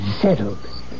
Settled